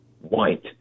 white